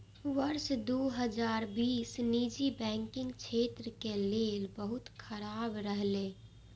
वर्ष दू हजार बीस निजी बैंकिंग क्षेत्र के लेल बहुत खराब रहलै